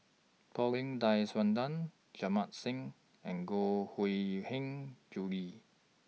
Paulin Tay Straughan Jamit Singh and Koh Hui Hiang Julie